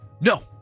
No